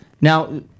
Now